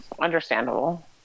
Understandable